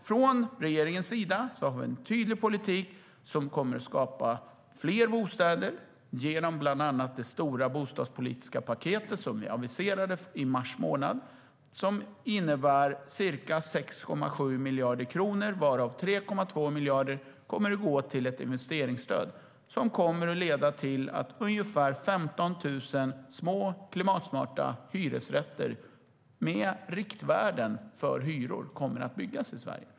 Från regeringens sida har vi en tydlig politik som kommer att skapa fler bostäder, bland annat genom det stora bostadspolitiska paket som vi aviserade i mars månad. Det innebär ca 6,7 miljarder kronor, varav 3,2 miljarder kommer att gå till ett investeringsstöd. Detta kommer att leda till att ungefär 15 000 små, klimatsmarta hyresrätter med riktvärden för hyror kommer att byggas i Sverige.